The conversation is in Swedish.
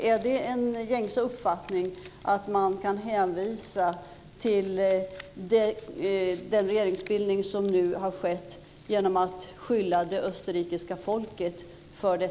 Är det en gängse uppfattning att man kan hänvisa till den regeringsbildning som nu har skett och skylla resultatet på det österrikiska folket?